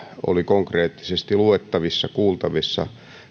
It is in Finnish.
oli konkreettisesti luettavissa kuultavissa